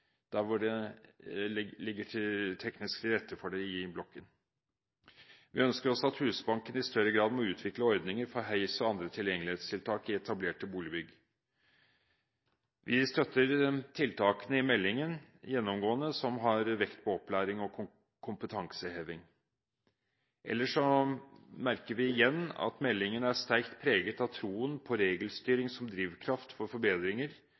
der hvor det ligger teknisk til rette for det i blokken. Vi ønsker også at Husbanken i større grad må utvikle ordninger for heis og andre tilgjengelighetstiltak i etablerte boligbygg. Vi støtter tiltakene i meldingen gjennomgående som har vekt på opplæring og kompetanseheving. Ellers merker vi oss – igjen – at meldingen er sterkt preget av troen på regelstyring som drivkraft for forbedringer,